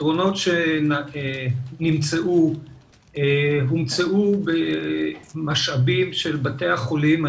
הפתרונות שנמצאו הומצאו במשאבים של בתי החולים.